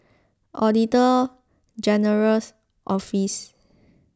Auditor General's Office